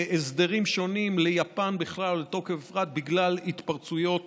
הסדרים שונים ליפן בכלל ולטוקיו בפרט בגלל התפרצויות